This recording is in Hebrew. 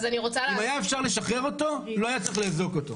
אם היה אפשר לשחרר אותו, לא היה צריך לאזוק אותו.